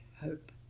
hope